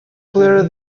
clear